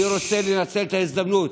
אני רוצה לנצל את ההזדמנות,